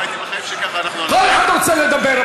כל אחד רוצה לדבר.